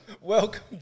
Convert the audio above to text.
Welcome